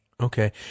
Okay